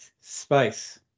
space